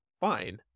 Fine